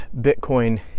Bitcoin